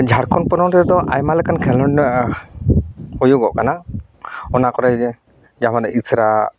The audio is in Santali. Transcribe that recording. ᱡᱷᱟᱲᱠᱷᱚᱸᱰ ᱯᱚᱱᱚᱛ ᱨᱮᱫᱚ ᱟᱭᱢᱟ ᱞᱮᱠᱟᱱ ᱠᱷᱮᱞᱳᱰ ᱦᱩᱭᱩᱜᱚᱜ ᱠᱟᱱᱟ ᱚᱱᱟ ᱠᱚᱨᱮ ᱡᱮᱢᱚᱱ ᱤᱥᱨᱟ